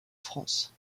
france